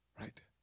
Right